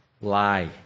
lie